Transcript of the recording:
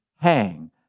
hang